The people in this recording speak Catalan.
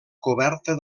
coberta